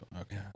okay